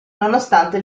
nonostante